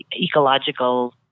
ecological